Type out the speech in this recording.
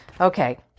Okay